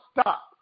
stop